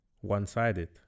one-sided